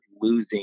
losing